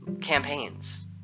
campaigns